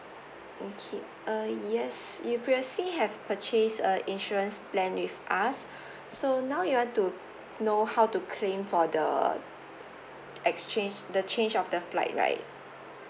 okay uh yes you previously have purchase uh insurance plan with us so now you want to know how to claim for the exchange the change of the flight right